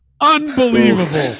Unbelievable